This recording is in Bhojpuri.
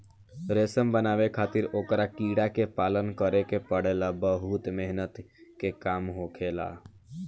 रेशम बनावे खातिर ओकरा कीड़ा के पालन करे के पड़ेला बहुत मेहनत के काम होखेला